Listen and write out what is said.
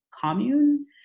commune